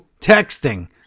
texting